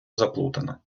заплутана